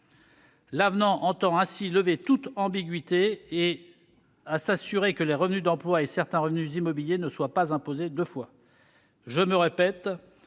L'avenant entend ainsi lever toute ambiguïté et s'assurer que les revenus d'emploi et certains revenus immobiliers ne soient pas imposés deux fois. Je me répète,